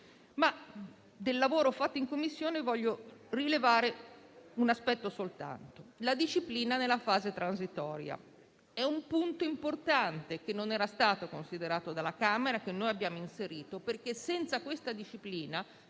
ma del lavoro fatto in Commissione voglio rilevare un aspetto soltanto. La disciplina e la fase transitoria rappresentano un punto importante che non era stato considerato dalla Camera e che abbiamo inserito perché senza questa disciplina